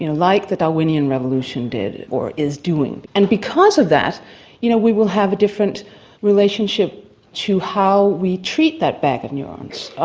you know like the darwinian revolution did or is doing. and because of that you know we will have a different relationship to how we treat that bag of neurons,